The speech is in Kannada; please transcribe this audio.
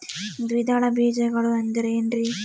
ದ್ವಿದಳ ಬೇಜಗಳು ಅಂದರೇನ್ರಿ?